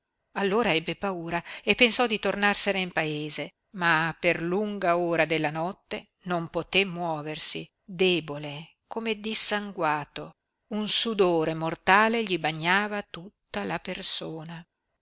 allora ebbe paura e pensò di tornarsene in paese ma per lunga ora della notte non poté muoversi debole come dissanguato un sudore mortale gli bagnava tutta la persona